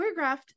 choreographed